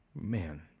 man